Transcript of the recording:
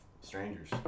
strangers